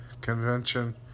convention